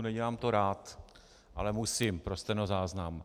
Nedělám to rád, ale musím pro stenozáznam.